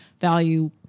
value